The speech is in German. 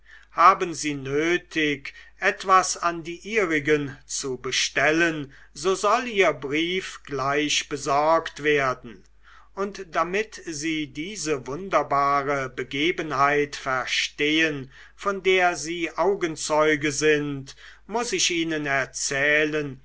haben sie nötig etwas an die ihrigen zu bestellen so soll ihr brief gleich besorgt werden und damit sie diese wunderbare begebenheit verstehen von der sie augenzeuge sind muß ich ihnen erzählen